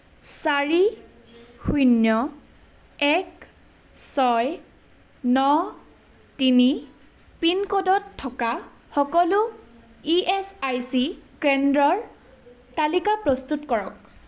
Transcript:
চাৰি শূন্য এক ছয় ন তিনি পিনক'ডত থকা সকলো ই এছ আই চি কেন্দ্ৰৰ তালিকা প্ৰস্তুত কৰক